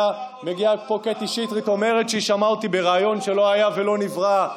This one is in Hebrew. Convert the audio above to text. מגיעה לפה קטי שטרית ואומרת שהיא שמעה אותי בריאיון שלא היה ולא נברא.